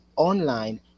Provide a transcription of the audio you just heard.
online